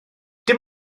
dim